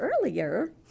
earlier